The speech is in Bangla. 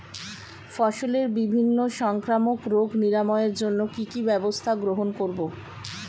ফসলের বিভিন্ন সংক্রামক রোগ নিরাময়ের জন্য কি কি ব্যবস্থা গ্রহণ করব?